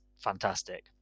fantastic